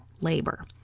labor